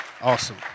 Awesome